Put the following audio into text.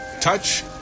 touch